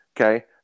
okay